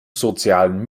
sozialen